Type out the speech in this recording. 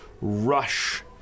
rush